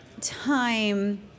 time